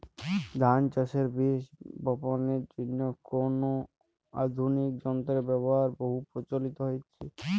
ধান চাষের বীজ বাপনের জন্য কোন আধুনিক যন্ত্রের ব্যাবহার বহু প্রচলিত হয়েছে?